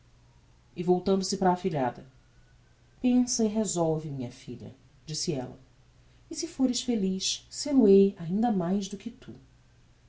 e voltando sa para a afilhada pensa e resolve minha filha disse ella e se fores feliz sel o hei ainda mais do que tu